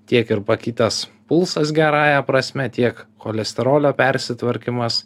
tiek ir pakitęs pulsas gerąja prasme tiek cholesterolio persitvarkymas